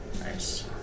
Nice